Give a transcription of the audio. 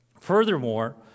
Furthermore